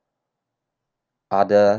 other